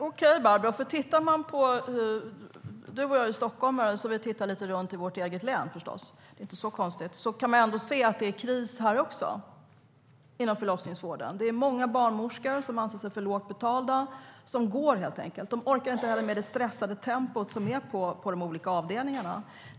Okej, Barbro, du och jag är stockholmare så vi tittar på vårt eget län; det är ju inte så konstigt. Men man kan se att det är kris här också inom förlossningsvården. Det är många barnmorskor som anser sig för lågt betalda och som helt enkelt slutar. De orkar inte med det stressade tempot på de olika avdelningarna.